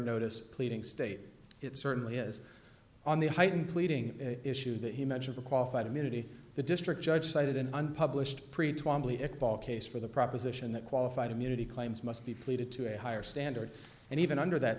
notice pleading state it certainly is on the heightened pleading issue that he mentioned a qualified immunity the district judge cited an unpublished ball case for the proposition that qualified immunity claims must be pleaded to a higher standard and even under that